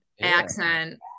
accent